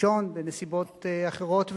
שמשון בנסיבות אחרות,